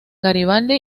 garibaldi